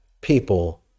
people